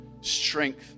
strength